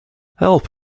help